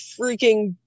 freaking